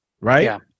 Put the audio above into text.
right